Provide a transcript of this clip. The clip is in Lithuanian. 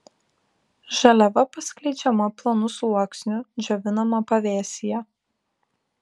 žaliava paskleidžiama plonu sluoksniu džiovinama pavėsyje